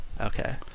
Okay